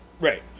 Right